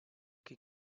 qui